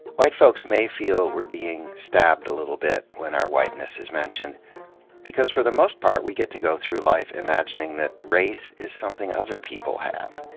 white folks may feel we're being stabbed a little bit when our whiteness is mentioned because, for the most part, we get to go through life imagining that race is something other people have.